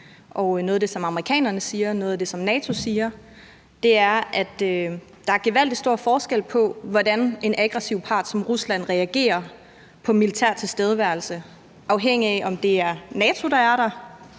noget af det, som amerikanerne siger, og noget af det, som NATO siger, er, at der er gevaldig stor forskel på, hvordan en aggressiv part som Rusland reagerer på militær tilstedeværelse, afhængigt af om det er NATO, der er der,